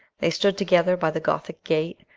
they stood together by the gothic gate,